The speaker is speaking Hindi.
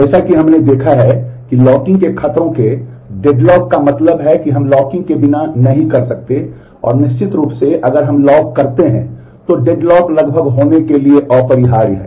जैसा कि हमने देखा है कि लॉकिंग के खतरों के डेडलॉक लगभग होने के लिए अपरिहार्य हैं